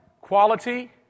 quality